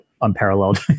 unparalleled